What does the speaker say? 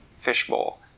fishbowl